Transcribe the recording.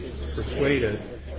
persuaded